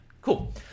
Cool